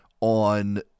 on